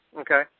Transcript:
Okay